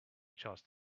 just